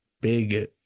big